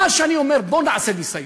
מה שאני אומר, בוא נעשה ניסיון.